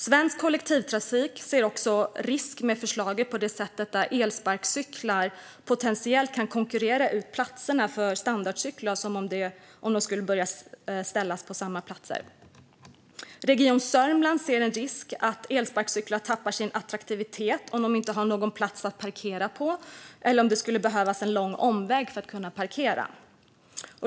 Svensk Kollektivtrafik ser också en "risk med förslaget på det sättet att elsparkcyklar potentiellt kan konkurrera ut platserna för standardcyklar" om de ska börja ställas på samma platser. "Region Sörmland ser en risk att elsparkcyklar tappar sin attraktivitet om de inte har någon plats att parkera på eller om det behövs en lång omväg för att parkera."